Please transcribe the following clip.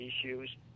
issues